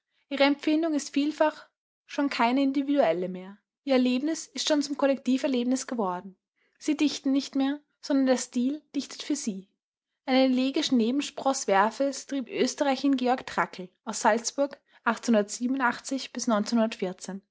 ihre empfindung ist vielfach keine individuelle mehr ihr erlebnis ist schon zum kollektiverlebnis geworden sie dichten nicht mehr sondern der stil dichtet für sie einen elegischen nebensproß werfels trieb österreich in georg trakl aus salzburg